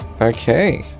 Okay